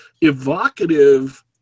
evocative